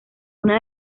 una